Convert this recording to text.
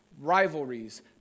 Rivalries